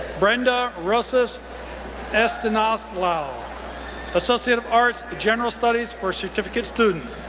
brenda rosas estanislao, associate of arts, general studies for certificate students,